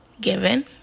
given